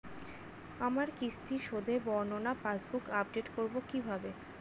আমার কিস্তি শোধে বর্ণনা পাসবুক আপডেট করব কিভাবে?